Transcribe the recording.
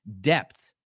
depth